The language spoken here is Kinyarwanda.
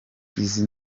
izi